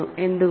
എന്തുകൊണ്ട്